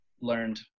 learned